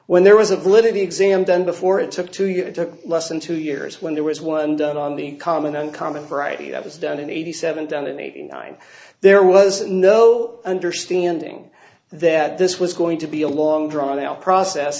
when there was a blip in the exam done before it took to you it took less than two years when there was one done on the common uncommon variety that was done in eighty seven down in eighty nine there was no understanding that this was going to be a long drawn out process